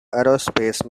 aerospace